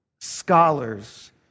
scholars